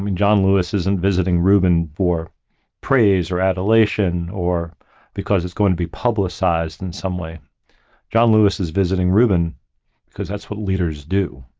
john lewis isn't visiting reuben for praise or adulation or because it's going to be publicized in some way john lewis is visiting reuben because that's what leaders do.